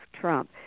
Trump